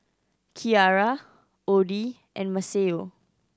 Kiarra Oddie and Maceo